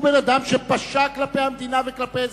הוא אדם שפשע כלפי המדינה וכלפי אזרחיה.